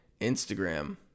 Instagram